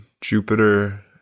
Jupiter